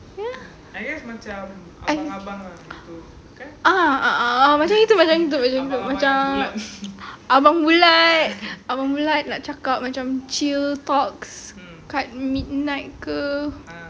ya ah a'ah macam gitu macam gitu macam gitu macam abang bulat abang bulat nak cakap macam chill talks kat midnight ke